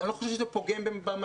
אני לא חושב שזה פוגם במשא-ומתן.